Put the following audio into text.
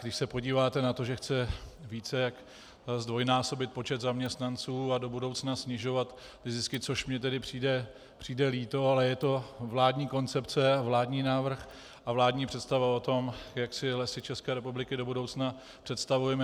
Když se podíváte na to, že chce více jak zdvojnásobit počet zaměstnanců a do budoucna snižovat zisky, což mi přijde líto, ale je to vládní koncepce a vládní návrh a vládní představa o tom, jak si Lesy České republiky do budoucna představujeme.